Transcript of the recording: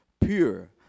pure